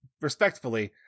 respectfully